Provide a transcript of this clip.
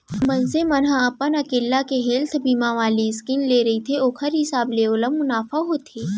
मनसे मन ह अपन अकेल्ला के हेल्थ बीमा वाले स्कीम ले रहिथे ओखर हिसाब ले ओला मुनाफा होथे